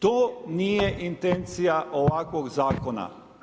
To nije intencija ovakvog zakona.